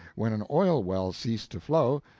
when an oil well ceased to flow,